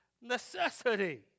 necessity